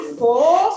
four